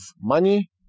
money